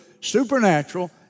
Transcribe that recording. supernatural